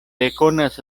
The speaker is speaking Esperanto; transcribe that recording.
rekonas